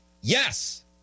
Yes